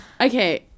Okay